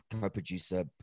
co-producer